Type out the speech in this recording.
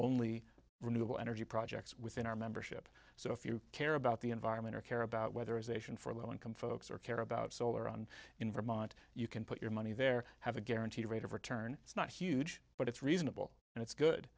only renewable energy projects within our membership so if you care about the environment or care about whether ization for low income folks or care about solar and in vermont you can put your money there have a guaranteed rate of return it's not huge but it's reasonable and it's good